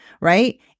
right